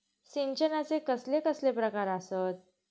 सिंचनाचे कसले कसले प्रकार आसत?